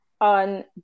on